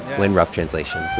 when rough translation